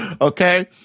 Okay